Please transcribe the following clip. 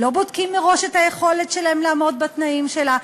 לא בודקים מראש את היכולת שלהם לעמוד בתנאים שלה.